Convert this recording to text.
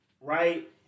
right